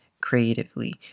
creatively